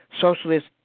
Socialist